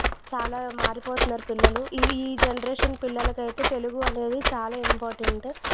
చాలా మారిపోతున్నారు పిల్లలు ఇవి ఈ జనరేషన్ పిల్లలకి అయితే తెలుగు అనేది చాలా ఇంపార్టెంట్